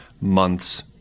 months